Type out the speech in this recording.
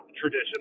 tradition